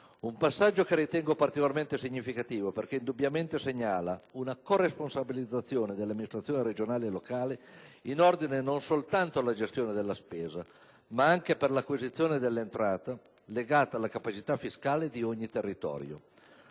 Un passaggio che ritengo particolarmente significativo, perché indubbiamente segnala una corresponsabilizzazione delle amministrazioni regionali e locali in ordine non soltanto alla gestione della spesa, ma anche all'acquisizione dell'entrata, legata alla capacità fiscale di ogni territorio.